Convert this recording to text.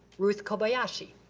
ruth kobayashi.